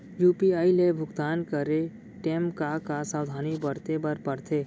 UPI ले भुगतान करे टेम का का सावधानी बरते बर परथे